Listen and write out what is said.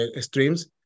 streams